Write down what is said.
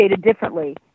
Differently